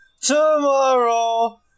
tomorrow